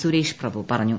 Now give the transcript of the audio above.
സുരേഷ് പ്രഭു പറഞ്ഞു